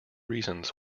reasons